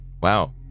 Wow